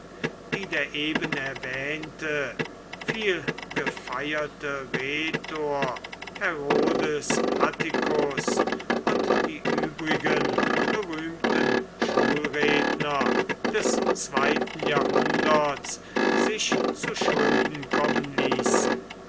die der eben erwähnte viel gefeierte rhetor herodes atticus und die übrigen berühmten schulredner des zweiten jahrhunderts sich zuschulden kommen ließen